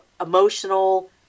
emotional